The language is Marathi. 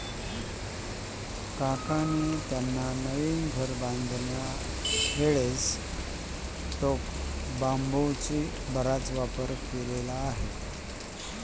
काकान त्यास्नी नवीन घर बांधाना टाईमले टोकरेस्ना बराच वापर करेल शे